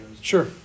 Sure